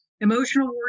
emotional